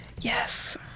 Yes